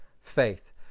faith